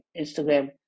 Instagram